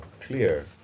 clear